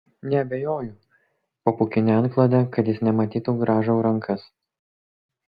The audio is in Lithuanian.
neabejoju po pūkine antklode kad jis nematytų grąžau rankas